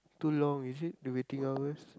too long is it the waiting hours